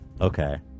Okay